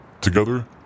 Together